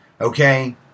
Okay